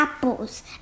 Apples